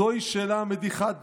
זוהי שאלה מדיחת דעת: